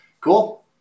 Cool